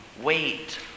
Wait